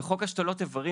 בחוק השתלות איברים,